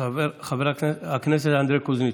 חבר הכנסת אנדרי קוזניצוב,